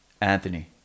Anthony